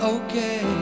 okay